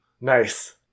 Nice